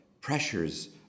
pressures